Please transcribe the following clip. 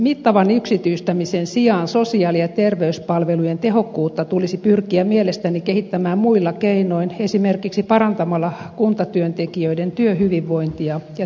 mittavan yksityistämisen sijaan sosiaali ja terveyspalvelujen tehokkuutta tulisi pyrkiä mielestäni kehittämään muilla keinoin esimerkiksi parantamalla kuntatyöntekijöiden työhyvinvointia ja työviihtyvyyttä